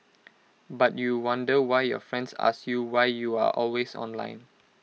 but you wonder why your friends ask you why you are always online